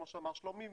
כמו שאמר שלומי,